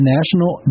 National